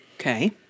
Okay